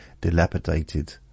dilapidated